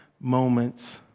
moments